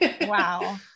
wow